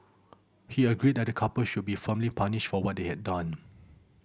he agreed that the couple should be firmly punished for what they had done